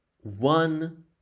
one